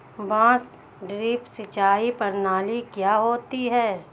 बांस ड्रिप सिंचाई प्रणाली क्या होती है?